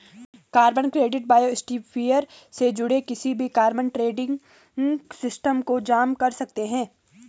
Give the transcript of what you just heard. carbon credit biosphere से जुड़े किसी भी कार्बन ट्रेडिंग सिस्टम को जाम कर सकते हैं